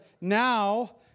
now